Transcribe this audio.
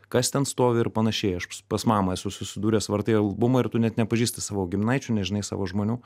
kas ten stovi ir panašiai aš pas mamą esu susidūręs vartai albumą ir tu net nepažįsti savo giminaičių nežinai savo žmonių